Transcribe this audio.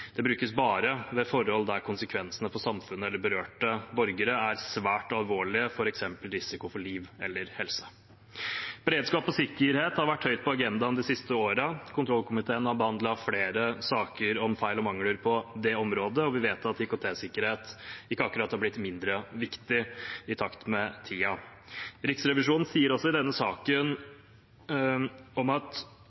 Det brukes bare ved forhold der konsekvensene for samfunnet eller berørte borgere er svært alvorlige, f.eks. risiko for liv eller helse. Beredskap og sikkerhet har vært høyt på agendaen de siste årene. Kontrollkomiteen har behandlet flere saker om feil og mangler på det området. Vi vet at IKT-sikkerhet ikke akkurat er blitt mindre viktig i takt med tiden. Riksrevisjonen sier også i denne saken